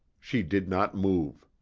she did not move.